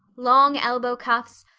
long elbow cuffs,